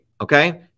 Okay